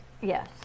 Yes